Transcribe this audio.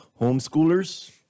Homeschoolers